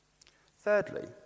Thirdly